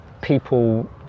people